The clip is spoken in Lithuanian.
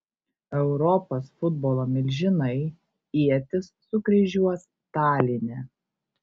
europos futbolo milžinai ietis sukryžiuos taline